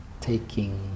taking